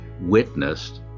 witnessed